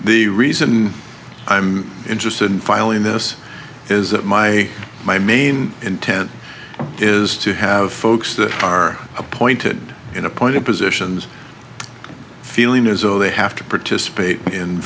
the reason i'm interested in filing this is that my my main intent is to have folks that are appointed in appointed positions feeling as though they have to participate in